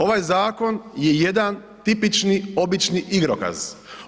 Ovaj zakon je jedan tipični, obični igrokaz.